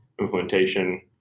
implementation